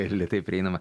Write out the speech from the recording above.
ir lėtai prieinama